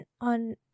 on